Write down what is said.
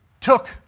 took